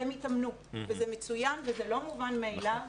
והם התאמנו וזה מצוין וזה לא מובן מאליו,